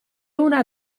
una